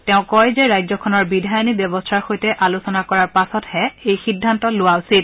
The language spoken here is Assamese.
তেওঁ কয় যে ৰাজ্যখনৰ বিধায়নী ব্যৱস্থাৰ সৈতে আলোচনা কৰাৰ পাছতহে এই সিদ্ধান্ত লোৱা উচিত